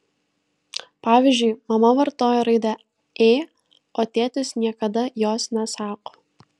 pavyzdžiui mama vartoja raidę ė o tėtis niekada jos nesako